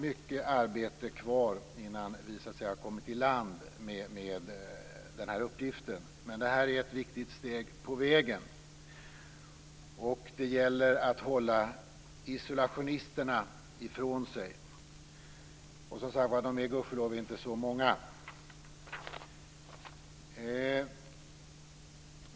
Mycket arbete återstår innan vi kommit i land med den här uppgiften men det detta är ett viktigt steg på vägen. Det gäller att hålla isolationisterna ifrån sig. De är alltså, gudskelov, inte så många.